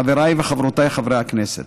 חבריי וחברותיי חברי הכנסת,